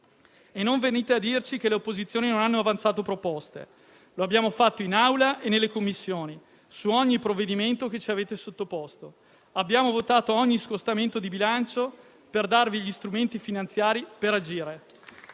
E non venite a dirci che le opposizioni non hanno avanzato proposte; lo abbiamo fatto in Aula e nelle Commissioni, su ogni provvedimento che ci avete sottoposto. Abbiamo votato ogni scostamento di bilancio per darvi gli strumenti finanziari per agire.